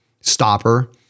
stopper